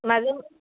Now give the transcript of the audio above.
মাজে